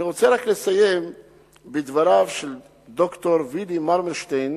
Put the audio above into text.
אני רוצה לסיים בדבריו של ד"ר ויקטור מרמלשטיין,